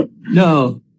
No